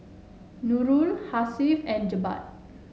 Nurul Hasif and Jebat